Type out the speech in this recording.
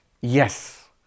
yes